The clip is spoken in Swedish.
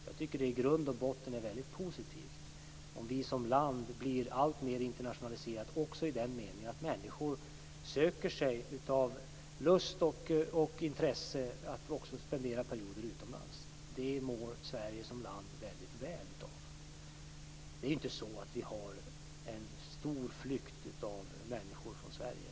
Jag tycker att det i grund och botten är väldigt positivt om vi som land blir alltmer internationaliserat också i den meningen att människor av lust och intresse under perioder söker sig utomlands. Det mår Sverige som land väldigt väl av. Vi har inte en stor flykt av människor från Sverige.